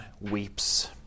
weeps